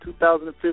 2015